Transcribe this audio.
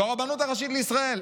הוא הרבנות הראשית לישראל.